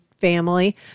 family